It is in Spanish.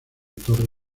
torre